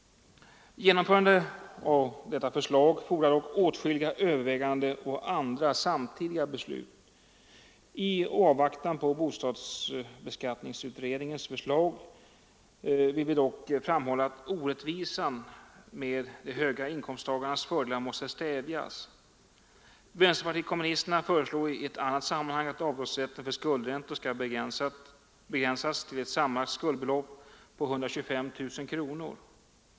Genomförandet av detta förslag fordrar dock åtskilliga överväganden och andra samtidiga beslut. I avvaktan på bostadsskattekommitténs förslag vill vi dock framhålla att orättvisan med de höga inkomsttagarnas fördelar måste stävjas. Vänsterpartiet kommunisterna föreslår i ett annat sammanhang att avdragsrätten för skuldräntor skall begränsas till ett sammanlagt skuldbelopp på 125 000 kronor.